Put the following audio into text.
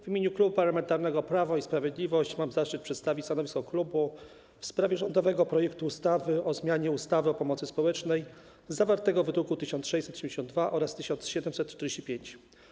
W imieniu Klubu Parlamentarnego Prawo i Sprawiedliwość mam zaszczyt przedstawić stanowisko klubu w sprawie rządowego projektu ustawy o zmianie ustawy o pomocy społecznej, druki nr 1672 oraz 1745.